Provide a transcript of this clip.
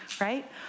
right